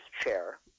chair